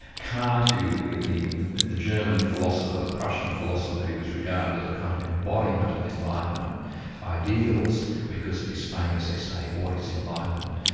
kant, the the german philosopher, the prussian philosopher who was regarded as a kind of embodiment of enlightenment ideals because of his famous essay what is enlightenment,